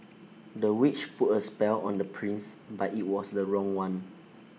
the witch put A spell on the prince but IT was the wrong one